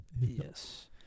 Yes